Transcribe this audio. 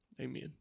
amen